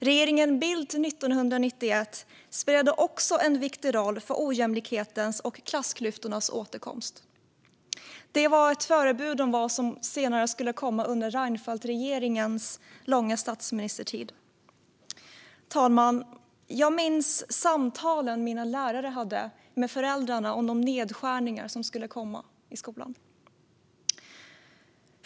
Regeringen Bildt 1991 spelade också en viktig roll för ojämlikhetens och klassklyftornas återkomst. Det var ett förebud om vad som senare skulle komma under Reinfeldts långa statsministertid. Fru talman! Jag minns samtalen mina lärare hade med föräldrarna om de nedskärningar som skulle komma i skolan.